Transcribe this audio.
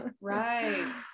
right